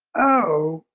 oh,